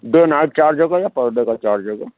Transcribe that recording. day night charge ہوگا یا پر ڈے کا چارج ہوگا